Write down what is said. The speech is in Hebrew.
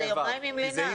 כי זה יומיים עם לינה.